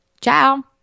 Ciao